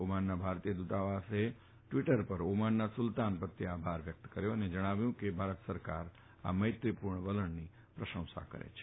ઓમાનના ભારતીય દ્વતાવાસે ટ્વીટર પર ઓમાનના સુલતાન પ્રત્યે આભાર વ્યક્ત કર્યો છે અને જણાવ્યું છે કે ભારત સરકાર આ મૈત્રીપૂર્ણ વલણની પ્રશંસા કરે છે